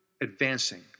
advancing